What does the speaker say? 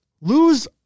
Lose